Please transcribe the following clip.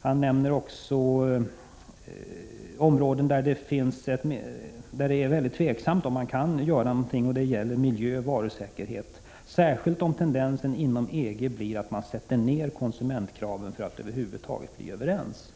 Han nämner också områden där det är tveksamt om man kan göra någonting, såsom miljöoch varusäkerhetsområdena — särskilt om tendensen inom EG blir att man sätter ned konsumentkraven för att över huvud taget bli överens.